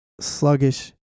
sluggish